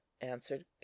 answered